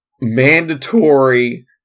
mandatory